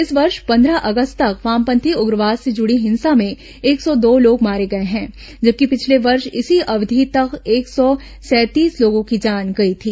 इस वर्ष पंद्रह अगस्त तक वामपंथी उग्रवाद से जुड़ी हिंसा में एक सौ दो लोग मारे गए हैं जबकि पिछले वर्ष इसी अवधि तक एक सौ सैंतीस लोगों की जान गई थी